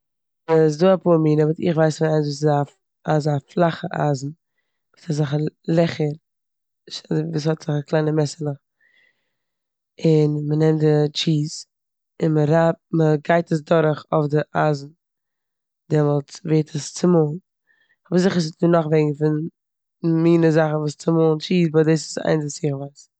ס'דא אפאר מינע באט איך ווייס פון איינס וואס איז א- אזא פלאכע אייזן, וואס איז אזעלכע ל- לעכער, וואס האט אזא קליינע מעסערלעך און מ'נעמט די טשיז און מ'רייבט- מ'גייט עס דורך אויף די אייזן דעמאלטס ווערט עס צומאלן. כ'בין זיכער ס'דא נאך וועגן פון מינע זאכן וואס צומאלן טשיז באט דאס איז איינס וואס איך ווייס.